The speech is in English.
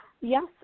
Yes